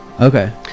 okay